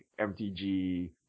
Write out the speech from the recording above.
MTG